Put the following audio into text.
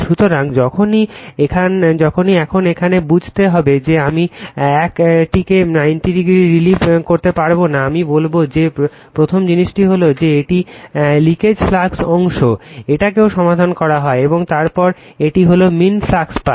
সুতরাং যখনই এখন এখানে বুঝতে হবে যে আমি এই 1 টিকে 90o রিসলভ করতে পারব না আমি বলব যে প্রথম জিনিসটি হল যে এটি লিকেজ ফ্লাক্স অংশ এটাকেও সমাধান করা হয় এবং তারপর এটি হল মীন ফ্লাক্স পাথ